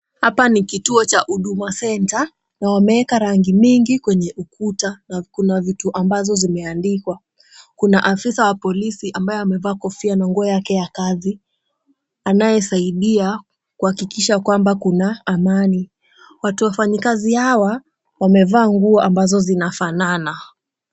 Hapa ni kituo cha huduma centre na wameweka rangi mingi kwenye ukuta na kuna vitu ambazo zimeandikwa. Kuna afisa wa polisi ambaye amevaa kofia na nguo yake ya kazi anayesaidia kuhakikisha kwamba kuna amani. Watu wafanyikazi hawa wamevaa nguo ambazo zinafanana.